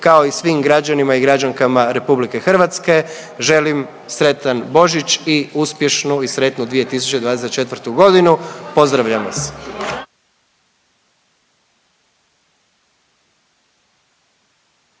kao i svim građanima i građankama Republike Hrvatske želim sretan Božić i uspješnu i sretnu 2024. godinu. Pozdravljam vas!